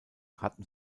hatten